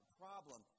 problem